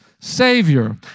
Savior